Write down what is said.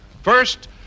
first